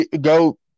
go